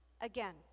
again